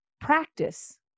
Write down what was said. practice